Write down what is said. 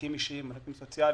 במענקים אישיים סוציאליים,